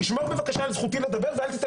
תשמור בבקשה על זכותי לדבר ואל תיתן